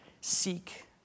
Seek